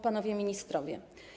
Panowie Ministrowie!